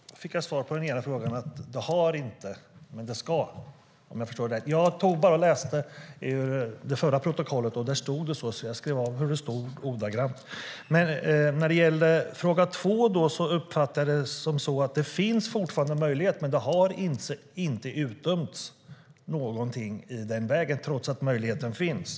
Herr talman! Då fick jag svar på min första fråga. Arbete ska alltså påbörjas, om jag förstod det rätt. Jag läste i protokollet, och där stod det så som jag sade; jag skrev av ordagrant. När det gäller min andra fråga uppfattade jag att det finns möjlighet att utdöma böter men att det inte har utdömts någonting i den vägen trots att möjligheten finns.